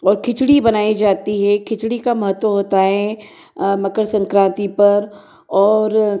और खिचड़ी बनाई जाती है खिचड़ी का महत्व होता है मकर संक्रांति पर और